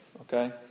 Okay